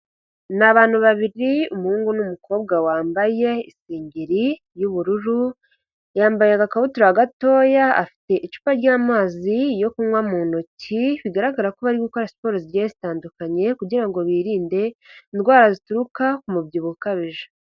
Ni abantu babiri umuhungu n'umukobwa wambaye isengiri y'ubururu, yambaye agakabutura gatoya, afite icupa ry'amazi yo kunywa mu ntoki, bigaragara ko bari gukora siporo zigiye zitandukanye, kugira ngo birinde indwara zituruka ku mubyibuho ukabije.